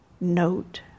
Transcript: note